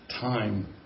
time